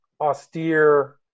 austere